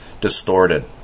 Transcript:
distorted